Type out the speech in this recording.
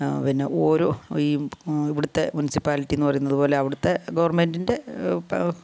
പിന്നെ ഓരോ ഈ ഇവിടുത്തെ മുനിസിപ്പാലിറ്റി എന്ന് പറയുന്നത് പോലെ അവിടുത്തെ ഗവൺമെൻറ്റിൻ്റെ